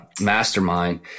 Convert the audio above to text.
mastermind